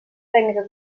tècnica